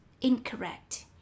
incorrect